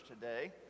today